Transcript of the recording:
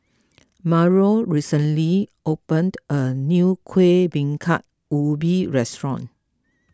Mario recently opened a new Kueh Bingka Ubi restaurant